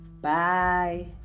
Bye